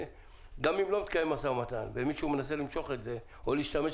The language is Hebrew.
גם אם לא מתקיים משא ומתן ומישהו מנסה למשוך את זה או להשתמש